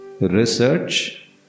research